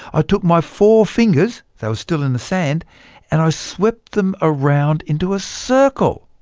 ah took my four fingers they were still in the sand and i swept them ah round into a circle.